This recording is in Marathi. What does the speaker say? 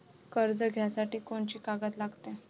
कर्ज घ्यासाठी कोनची कागद लागते?